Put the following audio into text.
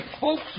folks